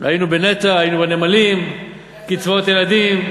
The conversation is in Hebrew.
היינו בנת"ע, היינו בנמלים, בקצבאות ילדים.